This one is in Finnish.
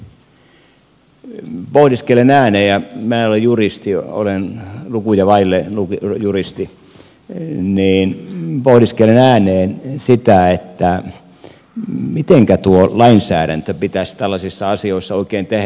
pohdiskelen ääneen minä en ole juristi olen lukuja vaille juristi sitä mitenkä tuo lainsäädäntö pitäisi tällaisissa asioissa oikein tehdä